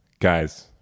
guys